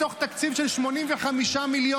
מתוך תקציב של 85 מיליון,